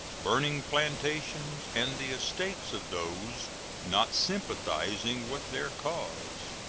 burning plantations and the estates of those not sympathizing with their cause.